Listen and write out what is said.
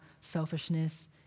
selfishness